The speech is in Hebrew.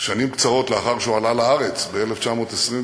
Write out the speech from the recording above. שנים קצרות לאחר שהוא עלה לארץ, ב-1921,